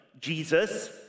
Jesus